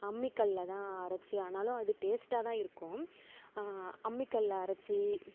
அம்மிக்கல்லில் தான் அரைத்து ஆனாலும் அது டேஸ்ட்டாக தான் இருக்கும் அம்மிக்கல்லில் அரைத்து